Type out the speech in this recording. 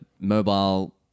mobile